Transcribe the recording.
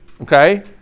okay